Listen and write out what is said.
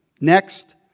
Next